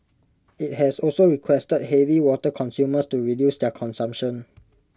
IT has also requested heavy water consumers to reduce their consumption